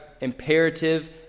imperative